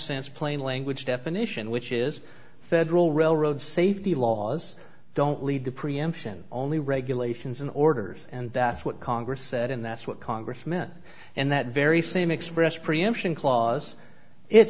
sense plain language definition which is federal railroad safety laws don't lead to preemption only regulations and orders and that's what congress said and that's what congress meant and that very same expressed preemption clause it